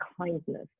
kindness